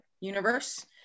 universe